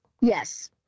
Yes